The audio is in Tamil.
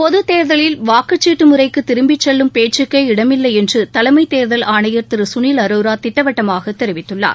பொதுத் தேர்தலில் வாக்குச்சீட்டு முறைக்கு திரும்பிச் செல்லும் பேச்சுக்கே இடமில்லை என்று தலைமை தேர்தல் ஆணையர் திரு சுனில் அரோரா திட்டவட்டமாக தெரிவித்துள்ளார்